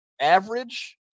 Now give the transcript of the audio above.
average